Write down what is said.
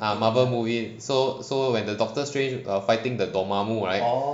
ah Marvel movie so so when the doctor strange err fighting the dormammu right